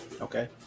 Okay